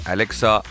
Alexa